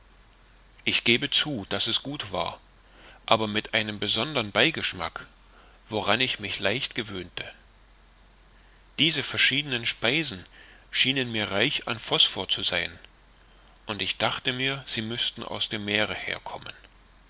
ich gebe zu daß es gut war aber mit einem besondern beigeschmack woran ich mich leicht gewöhnte diese verschiedenen speisen schienen mir reich an phosphor zu sein und ich dachte mir sie müßten aus dem meere herkommen